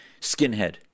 skinhead